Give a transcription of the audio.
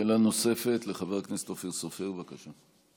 שאלה נוספת לחבר הכנסת אופיר סופר, בבקשה.